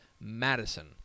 Madison